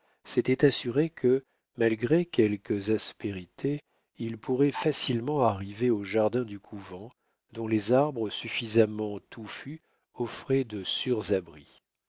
s'étaient assurés que malgré quelques aspérités ils pourraient facilement arriver aux jardins du couvent dont les arbres suffisamment touffus offraient de sûrs abris